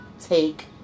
take